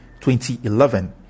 2011